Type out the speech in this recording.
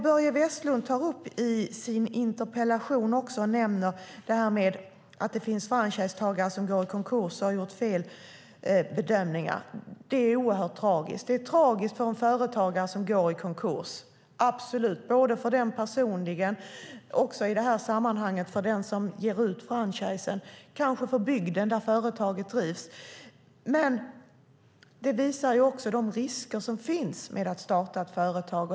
Börje Vestlund nämner i sin interpellation att det finns franchisetagare som går i konkurs och har gjort fel bedömningar. Det är oerhört tragiskt. Det är tragiskt för en företagare som går i konkurs - absolut - både för företagaren personligen och för den som ger ut franchisen, kanske också för bygden där företaget drivs. Men det visar också de risker som finns med att starta företag.